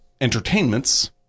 entertainments